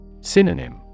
Synonym